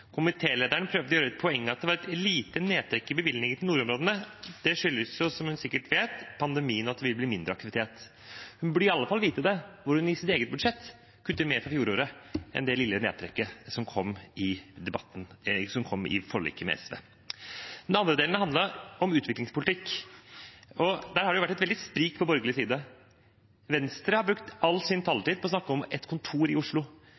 prøvde å gjøre et poeng av at det var et lite nedtrekk i bevilgningen til nordområdene. Det skyldes jo, som hun sikkert vet, pandemien og at det vil bli mindre aktivitet. Hun burde i alle fall vite det når hun i sitt eget budsjett kuttet mer for fjoråret enn det lille nedtrekket som kom i forliket med SV. Den andre delen har handlet om utviklingspolitikk. Der har det vært et veldig sprik på borgerlig side. Venstre har brukt all sin taletid på å snakke om et kontor i Oslo.